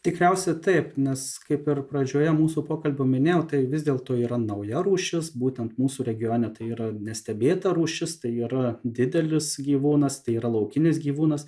tikriausia taip nes kaip ir pradžioje mūsų pokalbio minėjau tai vis dėlto yra nauja rūšis būtent mūsų regione tai yra nestebėta rūšis tai yra didelis gyvūnas tai yra laukinis gyvūnas